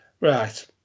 Right